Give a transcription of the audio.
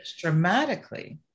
dramatically